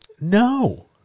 no